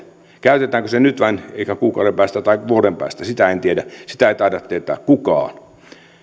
käytetäänkö se nyt eikä kuukauden päästä tai vuoden päästä sitä en tiedä sitä ei taida tietää kukaan